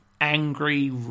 angry